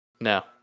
No